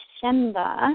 December